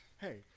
hey